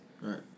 Right